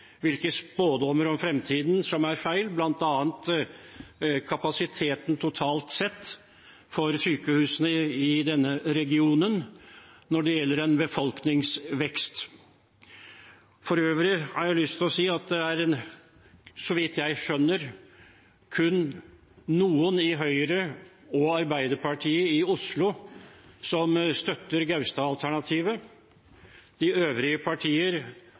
hvilke spådommer om fremtiden som er feil, bl.a. kapasiteten totalt sett for sykehusene i denne regionen knyttet til befolkningsvekst. For øvrig har jeg lyst til å si at det, så vidt jeg skjønner, kun er noen i Høyre og Arbeiderpartiet i Oslo som støtter Gaustad-alternativet. De øvrige partier